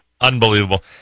Unbelievable